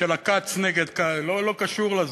של הכץ נגד, לא קשור לזה.